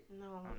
No